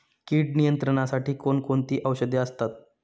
कीड नियंत्रणासाठी कोण कोणती औषधे असतात?